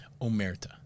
Omerta